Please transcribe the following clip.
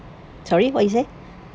sorry what did you say